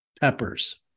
peppers